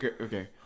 okay